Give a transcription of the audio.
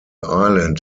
island